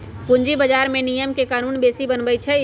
पूंजी बजार के नियम कानून सेबी बनबई छई